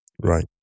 Right